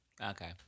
Okay